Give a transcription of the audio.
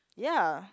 ya